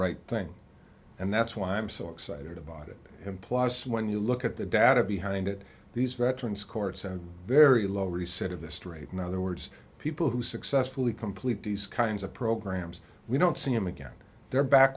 right thing and that's why i'm so excited about it and plus when you look at the data behind it these veterans courts and very low reset of this trade in other words people who successfully complete these kinds of programs we don't see him again they're back